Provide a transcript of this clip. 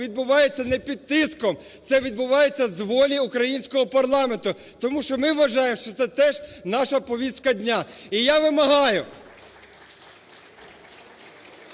відбувається не під тиском, це відбувається з волі українського парламенту, тому що ми вважаємо, що це теж наша повістка дня. І я вимагаю…